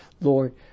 Lord